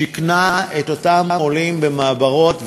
שיכנה את אותם עולים במעברות,